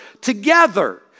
together